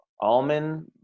almond